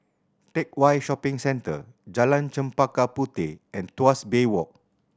Teck Whye Shopping Centre Jalan Chempaka Puteh and Tuas Bay Walk